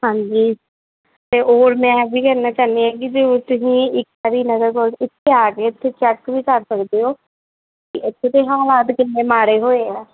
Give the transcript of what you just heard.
ਹਾਂਜੀ ਅਤੇ ਹੋਰ ਮੈਂ ਇਹ ਵੀ ਕਹਿਣਾ ਚਾਹੁੰਦੀ ਹਾਂ ਕਿ ਜੇ ਉੱਥੇ ਤੁਸੀਂ ਇੱਕ ਵਾਰੀ ਨਗਰ ਕੋਸ ਇੱਥੇ ਆ ਕੇ ਇੱਥੇ ਚੈੱਕ ਵੀ ਕਰ ਸਕਦੇ ਹੋ ਵੀ ਇੱਥੇ ਦੇ ਹਾਲਾਤ ਕਿੰਨੇ ਮਾੜੇ ਹੋਏ ਆ